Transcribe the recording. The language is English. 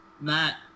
Matt